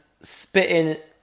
spitting